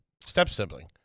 step-sibling